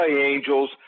Angels